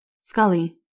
Scully